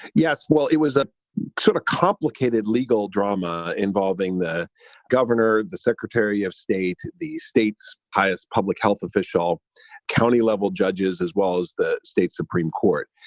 yes. well, it was a sort of complicated legal drama involving the governor, the secretary of state, the state's highest public health official county level judges, as well as the state supreme court.